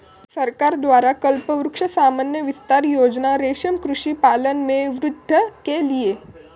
सरकार द्वारा कल्पवृक्ष सामान्य विस्तार योजना रेशम कृषि पालन में वृद्धि के लिए